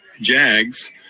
Jags